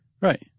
Right